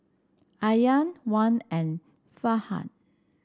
Aryan Wan and Farhan